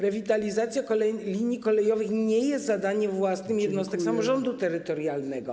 Rewitalizacja linii kolejowych nie jest zadaniem własnym jednostek samorządu terytorialnego.